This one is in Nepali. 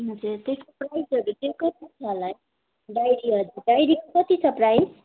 हजुर त्यसको प्राइसहरू चाहिँ कति छ होला है डायरी हजुर डायरीको कति छ प्राइस